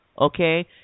okay